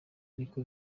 niko